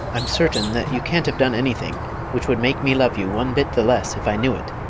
i'm certain that you can't have done anything which would make me love you one bit the less if i knew it.